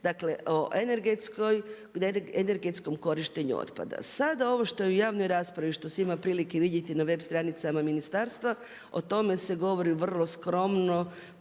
Dakle o energetskom korištenju otpada. Sada ovo što je u javnoj raspravi, što se ima prilike vidjeti na web stranicama ministarstva o tome se govori vrlo skromno,